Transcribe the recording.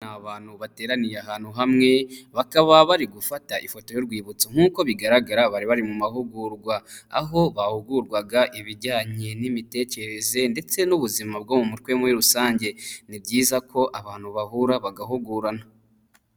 Abantu bateraniye ahantu hamwe bakaba bari gufata ifoto y'urwibutso, nk'uko bigaragara bari bari mu mahugurwa aho bahugurwaga ibijyanye n'imitekerereze ndetse n'ubuzima bwo mu mutwe. Muri rusange ni byiza ko abantu bahura bagahugurana.